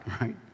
Right